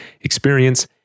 experience